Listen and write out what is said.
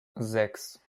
sechs